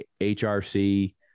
HRC